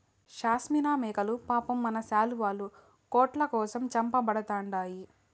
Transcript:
షాస్మినా మేకలు పాపం మన శాలువాలు, కోట్ల కోసం చంపబడతండాయి